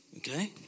Okay